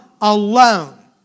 alone